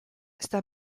sta